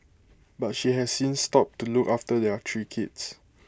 but she has since stopped to look after their three kids